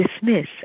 dismiss